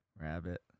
Rabbit